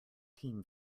team